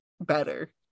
better